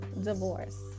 divorce